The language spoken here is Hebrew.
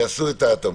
נעשה את ההתאמות.